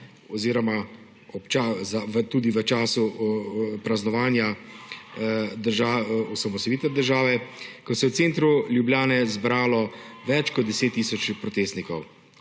oziroma tudi v času praznovanja osamosvojitve države, ko se je v centru Ljubljane zbralo več kot 10 tisoč protestnikov.